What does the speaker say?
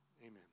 Amen